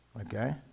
Okay